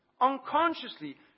Unconsciously